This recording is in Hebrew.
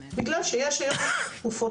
בגלל שיש היום תרופות